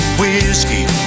whiskey